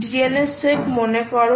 DNSSEC মনে করো